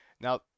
Now